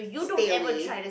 stay away